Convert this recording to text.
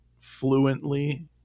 Fluently